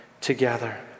together